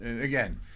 Again